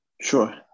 Sure